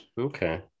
Okay